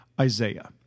Isaiah